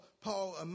Paul